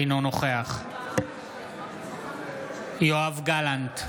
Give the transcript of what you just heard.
אינו נוכח יואב גלנט,